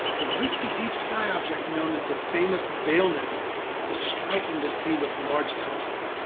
the wispy deep sky object known as the famous veil nebula is striking to see with a large telescope.